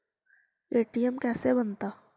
ATM कैसे बनता?